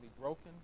broken